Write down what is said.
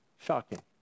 shocking